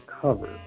cover